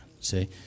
See